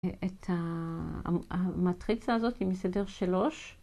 את המטריצה הזאת עם מסדר שלוש.